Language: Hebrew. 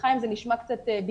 סליחה אם זה נשמע קצת ביקורתי,